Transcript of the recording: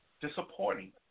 disappointing